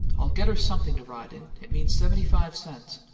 i'll get her something to ride in. it means seventy-five cents.